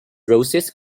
roses